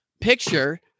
picture